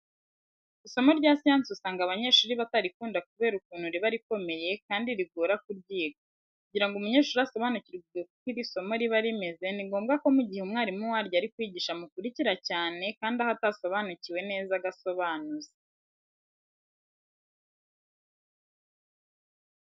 Isomo rya siyansi usanga abanyeshuri batarikunda kubera ukuntu riba rikomeye kandi rigora kuryiga. Kugira ngo umunyeshuri asobanukirwe uko iri somo riba rimeze ni ngombwa ko mu gihe mwarimu waryo ari kwigisha amukurikira cyane kandi aho atasobanukiwe neza agasobanuza.